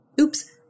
Oops